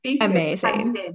Amazing